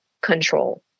control